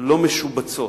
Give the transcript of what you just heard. לא משובצות.